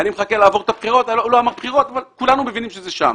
הוא לא אמר שהוא מחכה לעבור את הבחירות אבל כולנו מבינים שזה שם.